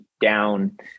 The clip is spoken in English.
down